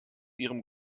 ihrem